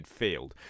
midfield